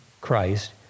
Christ